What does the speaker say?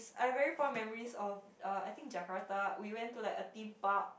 I have very fond memories of uh I think Jakarta we went to a Theme Park